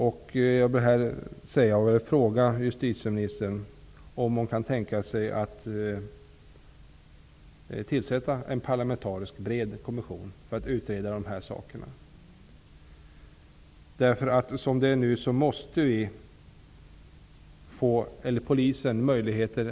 Jag vill fråga justitieministern om hon kan tänka sig att tillsätta en bred parlamentarisk kommission för att utreda dessa saker. Nu måste polisen få dessa möjligheter.